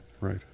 right